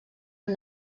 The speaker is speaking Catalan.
amb